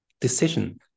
decision